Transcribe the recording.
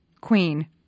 queen